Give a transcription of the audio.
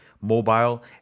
mobile